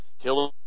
Hillary